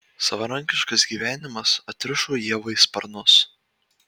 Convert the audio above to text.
savarankiškas gyvenimas atrišo ievai sparnus